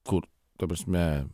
kur ta prasme